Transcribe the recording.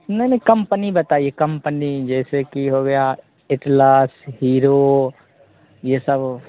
नहीं नहीं कंपनी बताइए कंपनी जैसे कि हो गया एटलस हीरो यह सब